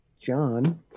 John